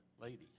lady